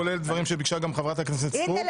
כולל דברים שביקשה גם חברת הכנסת סטרוק --- הנה,